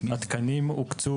התקנים הוקצו,